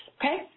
Okay